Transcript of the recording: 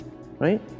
right